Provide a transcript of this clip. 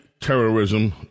terrorism